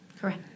Correct